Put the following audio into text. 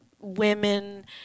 women